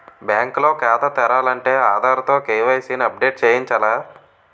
bank లో ఖాతా తెరాలంటే ఆధార్ తో కే.వై.సి ని అప్ డేట్ చేయించాల